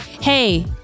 Hey